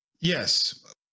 yes